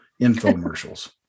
infomercials